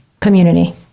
community